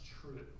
true